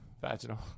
vaginal